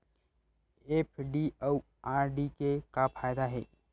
FD अउ RD के का फायदा हे?